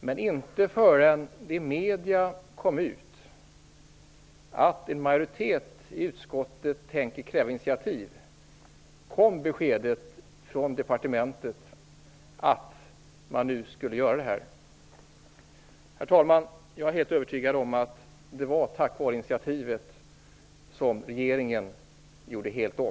Men inte förrän det i medierna kom ut att en majoritet i utskottet tänkte kräva ett initiativ kom beskedet från departementet att man nu skulle göra detta. Herr talman! Jag är helt övertygad om att det var tack vare initiativet som regeringen gjorde helt om.